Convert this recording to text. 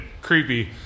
creepy